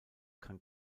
kann